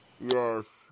Yes